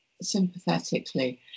sympathetically